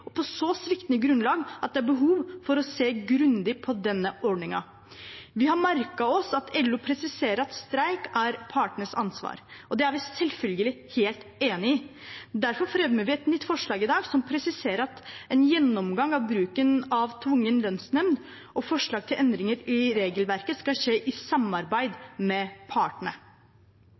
og på så sviktende grunnlag at det er behov for å se grundig på denne ordningen. Vi har merket oss at LO presiserer at streik er partenes ansvar, og det er vi selvfølgelig helt enig i. Derfor fremmer vi et nytt forslag i dag som presiserer at en gjennomgang av bruken av tvungen lønnsnemnd og forslag til endringer i regelverket skal skje i samarbeid med partene.